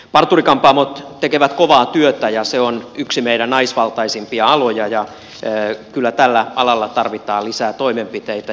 parturi kampaamot tekevät kovaa työtä ja se on yksi meidän naisvaltaisimpia alojamme ja kyllä tällä alalla tarvitaan lisää toimenpiteitä